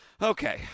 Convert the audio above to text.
Okay